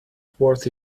worth